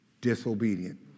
disobedient